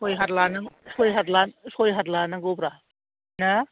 सय हाथ लानांगौब्रा ना